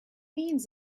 means